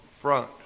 front